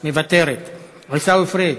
מוותרת, עיסאווי פריג'